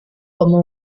como